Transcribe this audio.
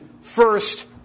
First